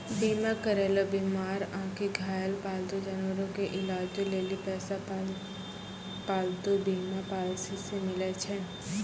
बीमा करैलो बीमार आकि घायल पालतू जानवरो के इलाजो लेली पैसा पालतू बीमा पॉलिसी से मिलै छै